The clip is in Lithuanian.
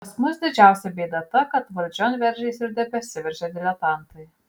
pas mus didžiausia bėda ta kad valdžion veržėsi ir tebesiveržia diletantai